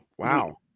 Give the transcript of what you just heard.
wow